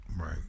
Right